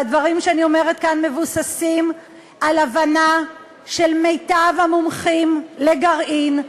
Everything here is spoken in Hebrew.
והדברים שאני אומרת כאן מבוססים על הבנה של מיטב המומחים לגרעין,